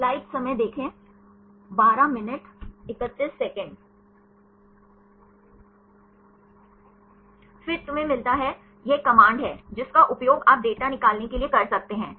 फिर तुम्हें मिलता है यह एक कमांड है जिसका उपयोग आप डेटा निकालने के लिए कर सकते हैं